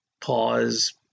pause